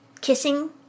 kissing